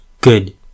good